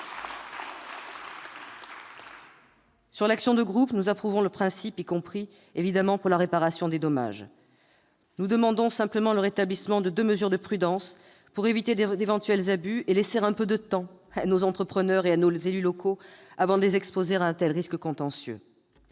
de l'action de groupe, nous en approuvons le principe, y compris pour la réparation des dommages. Nous demandons simplement le rétablissement de deux mesures de prudence pour éviter d'éventuels abus et laisser un peu de temps à nos entrepreneurs et à nos élus locaux avant de les exposer à un tel risque contentieux.